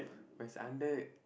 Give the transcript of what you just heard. but it's under